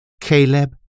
Caleb